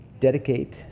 dedicate